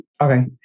Okay